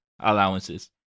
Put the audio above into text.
allowances